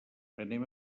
anem